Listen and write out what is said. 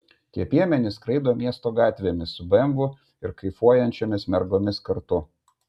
tie piemenys skraido miesto gatvėmis su bemvu ir kaifuojančiomis mergomis kartu